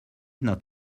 not